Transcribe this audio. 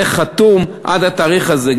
חוזה חתום עד התאריך הזה.